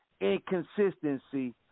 inconsistency